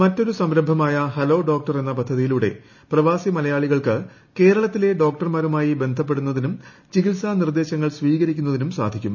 മറ്റൊരു സംരംഭമായ ക്ട്ക്ലോ ഡോക്ടർ എന്ന പദ്ധതിയിലൂടെ പ്രവാസി മലയാളികൾക്ക് കേരളത്തിലെ ഡോക്ടർമാരുമായി ബന്ധപ്പെടുന്നതിനും ചികിത്സാ നിർദ്ദേശങ്ങൾ സ്വീകരിക്കുന്നതിനും സാധിക്കും